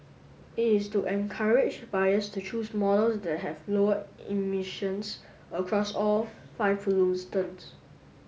it is to encourage buyers to choose models that have lower emissions across all five